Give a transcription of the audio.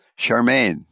Charmaine